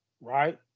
Right